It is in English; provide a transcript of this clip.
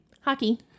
Hockey